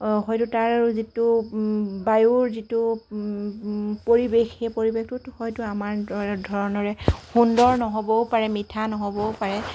হয়তো তাৰ যিটো বায়ুৰ যিটো পৰিৱেশ সেই পৰিৱেশটোত হয়তো আমাৰ ধৰণৰে সুন্দৰ নহ'বও পাৰে মিঠা নহ'বও পাৰে